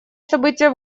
события